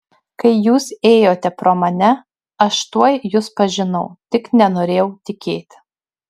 kai jūs ėjote pro mane aš tuoj jus pažinau tik nenorėjau tikėti